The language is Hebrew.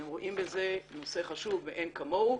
הם רואים בזה נושא חשוב מאין כמוהו,